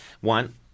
One